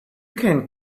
can